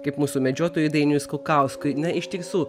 kaip mūsų medžiotojui dainiui skukauskui na iš tiesų